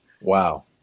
Wow